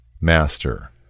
Master